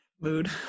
mood